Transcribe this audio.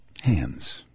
hands